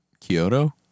Kyoto